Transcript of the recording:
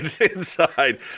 inside